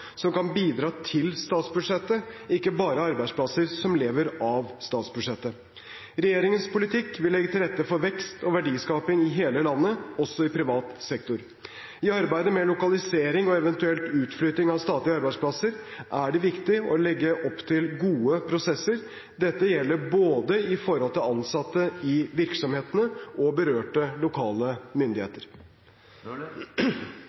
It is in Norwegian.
som kan bidra til statsbudsjettet, ikke bare arbeidsplasser som lever av statsbudsjettet. Regjeringens politikk vil legge til rette for vekst og verdiskaping i hele landet, også i privat sektor. I arbeidet med lokalisering og eventuelt utflytting av statlige arbeidsplasser er det viktig å legge opp til gode prosesser. Dette gjelder både overfor ansatte i virksomhetene og overfor berørte lokale